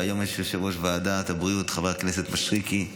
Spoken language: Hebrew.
והיום יושב-ראש ועדת בריאות הוא חבר הכנסת מישרקי,